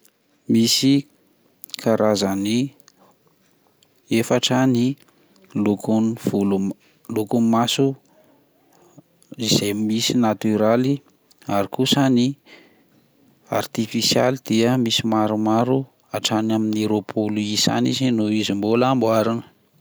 Misy karazany efatra ny lokon'ny volo m- loko maso izay misy natoraly ary kosa ny artifisialy misy maromaro hatrany amin'ny roapolo isa any izy noho izy mbola hamboarina.